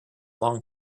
long